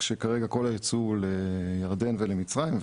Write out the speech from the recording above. כשכרגע כל הייצוא הוא לירדן ולמצרים,